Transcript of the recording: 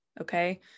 okay